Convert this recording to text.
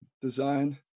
design